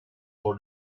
for